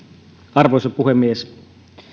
arvoisa puhemies